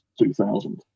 2,000